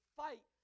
fight